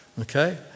Okay